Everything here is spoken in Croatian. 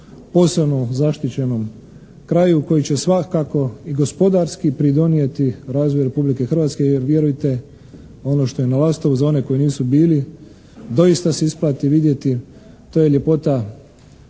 posebno zaštićenom kraju koji će svakako i gospodarski pridonijeti razvoju Republike Hrvatske jer vjerujte ono što je na Lastovu, za one koji nisu bili, doista se isplati vidjeti, to je ljepota